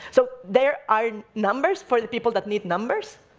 so there are numbers for the people that need numbers,